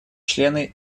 члены